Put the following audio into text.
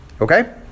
Okay